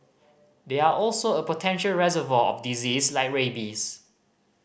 they are also a potential reservoir of disease like rabies